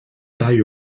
tall